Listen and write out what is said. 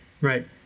right